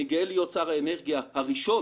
אני גאה להיות שר האנרגיה הראשון